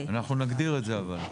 אנחנו נגדיר את זה אבל.